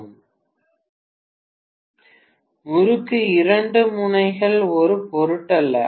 மாணவர் 2612 பேராசிரியர் முறுக்கு இரண்டு முனைகள் ஒரு பொருட்டல்ல